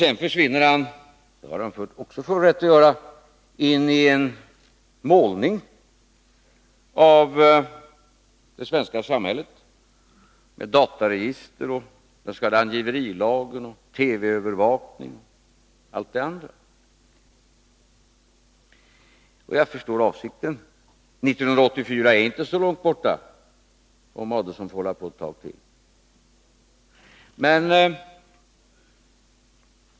Sedan försvinner han — det har han också full rätt att göra — in i en målning av det svenska samhället med dataregister, den s.k. angiverilagen, TV-övervakning och allt det andra. Jag förstår avsikten — 1984 är inte så långt borta, om Ulf Adelsohn får hålla på ett tag till.